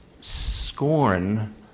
scorn